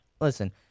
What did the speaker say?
Listen